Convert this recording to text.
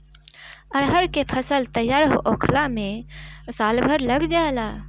अरहर के फसल तईयार होखला में साल भर लाग जाला